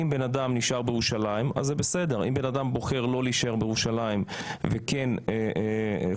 אם בן אדם נשאר בירושלים אז זה בסדר; אם בן אדם בוחר